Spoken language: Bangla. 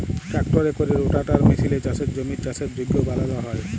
ট্রাক্টরে ক্যরে রোটাটার মেসিলে চাষের জমির চাষের যগ্য বালাল হ্যয়